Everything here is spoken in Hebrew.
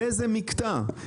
באיזה מקטע.